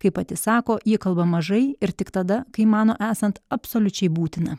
kaip pati sako ji kalba mažai ir tik tada kai mano esant absoliučiai būtina